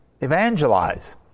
evangelize